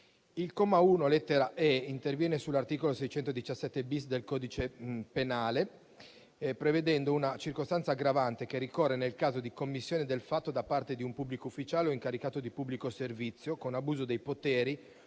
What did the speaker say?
Il comma 1, lettera *e)*, interviene sull'articolo 617-*bis* del codice penale prevedendo una circostanza aggravante che ricorre nel caso di commissione del fatto da parte di un pubblico ufficiale o incaricato di pubblico servizio con abuso dei poteri